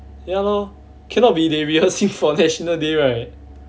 ya lor cannot be they rehearsing for national day right